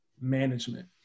management